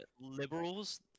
liberals